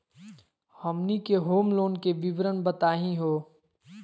हमनी के home loan के विवरण बताही हो?